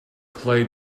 play